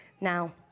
now